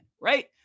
right